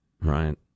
Right